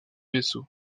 vaisseau